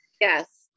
Yes